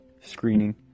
screening